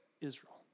Israel